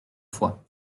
fois